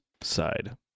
side